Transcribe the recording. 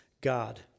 God